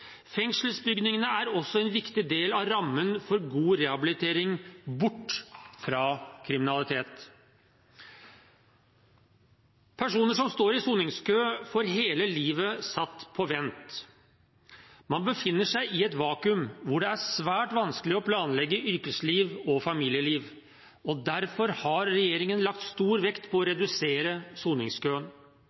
Fengselsbygningene er også en viktig del av rammen for god rehabilitering bort fra kriminalitet. Personer som står i soningskø, får hele livet satt på vent. Man befinner seg i et vakuum, hvor det er svært vanskelig å planlegge yrkesliv og familieliv. Derfor har regjeringen lagt stor vekt på å redusere soningskøen.